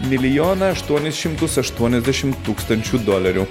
milijoną aštuonis šimtus aštuoniasdešimt tūkstančių dolerių